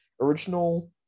original